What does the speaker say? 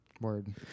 Word